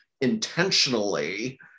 intentionally